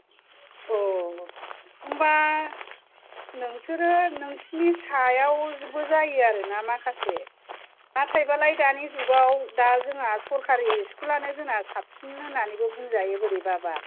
अ होनबा नोंसोरो नोंसोरनि सायावबो जायो आरोना माखासे नाथाय दानि जुगआव दा जोंहा सरखारि स्कुल आनो जोंना साबसिन होननानैबो बुंजायो बोरैबाबा